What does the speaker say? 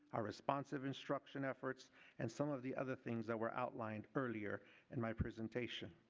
ah responsive instruction efforts and some of the other things that were outlined earlier in my presentation.